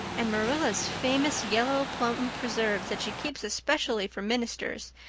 and marilla's famous yellow plum preserves that she keeps especially for ministers,